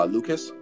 Lucas